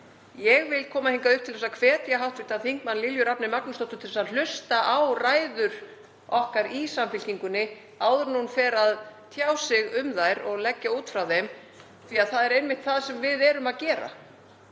Ég vil koma hingað upp til að hvetja hv. þm. Lilju Rafneyju Magnúsdóttur til að hlusta á ræður okkar í Samfylkingunni áður en hún fer að tjá sig um þær og leggja út frá þeim, því að það er einmitt það sem við erum að gera,